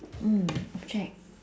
mm object